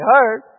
heard